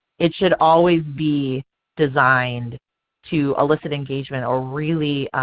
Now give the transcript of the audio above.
it should always be designed to elicit engagement or really,